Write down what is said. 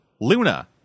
Luna